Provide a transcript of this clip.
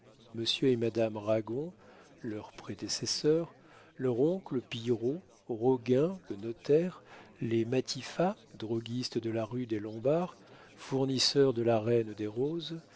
et madame ragon leurs prédécesseurs leur oncle pillerault roguin le notaire les matifat droguistes de la rue des lombards fournisseurs de la reine des roses